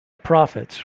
profits